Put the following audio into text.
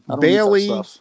bailey